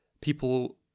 people